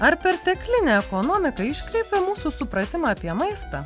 ar perteklinė ekonomika iškreipia mūsų supratimą apie maistą